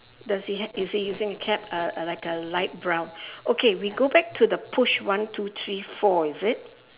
does he h~ is he using a cap uh uh like a light brown okay we go back to the push one two three four is it